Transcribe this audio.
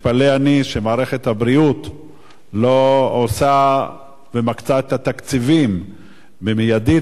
מתפלא אני שמערכת הבריאות לא עושה ומקצה את התקציבים מיידית,